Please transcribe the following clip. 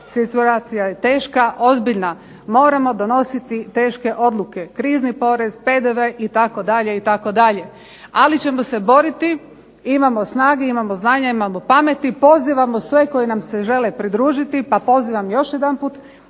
situacija je teška, ozbiljna, moramo donositi teške odluke, krizni porez, PDV itd. ali ćemo se boriti, imamo snage, imamo znanja, imamo pameti. Pozivamo sve koji nam se žele pridružiti pa pozivam još jedanput